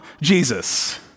Jesus